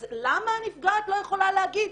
אז למה המפגעת לא יכולה להגיד,